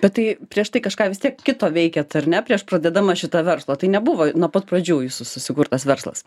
bet tai prieš tai kažką vis tiek kito veikėt ar ne prieš pradėdama šitą verslą tai nebuvo nuo pat pradžių jūsų susikurtas verslas